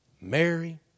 Mary